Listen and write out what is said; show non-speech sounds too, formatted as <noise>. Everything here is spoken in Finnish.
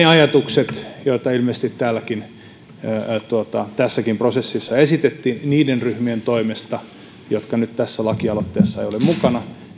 <unintelligible> ajatuksia joita ilmeisesti tässäkin prosessissa esitettiin niiden ryhmien toimesta jotka nyt tässä lakialoitteessa eivät ole mukana